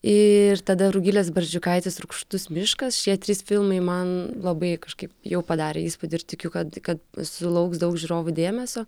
ir tada rugilės barzdžiukaitės rūgštus miškas šie trys filmai man labai kažkaip jau padarė įspūdį ir tikiu kad kad sulauks daug žiūrovų dėmesio